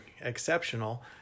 exceptional